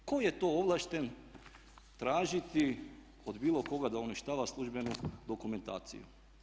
Tko je to ovlašten tražiti od bilo koga da uništava službenu dokumentaciju?